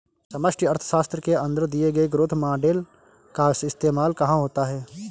समष्टि अर्थशास्त्र के अंदर दिए गए ग्रोथ मॉडेल का इस्तेमाल कहाँ होता है?